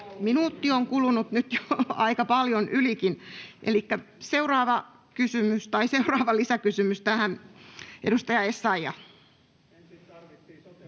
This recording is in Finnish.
Minuutti on kulunut nyt, jo aika paljon ylikin. — Elikkä seuraava lisäkysymys tähän. — Edustaja Essayah.